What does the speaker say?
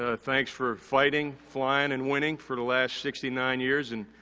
ah thanks for fighting, flying, and winning for the last sixty nine years. and,